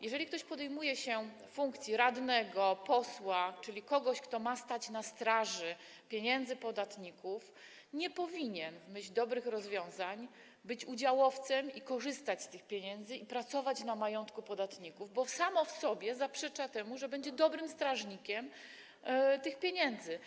Jeżeli ktoś podejmuje się pełnienia funkcji radnego, posła, czyli kogoś, kto ma stać na straży pieniędzy podatników, to w myśl dobrych rozwiązań nie powinien być udziałowcem, korzystać z tych pieniędzy i pracować na majątku podatników, bo to samo w sobie zaprzecza temu, że będzie dobrym strażnikiem tych pieniędzy.